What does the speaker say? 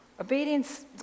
obedience